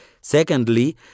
Secondly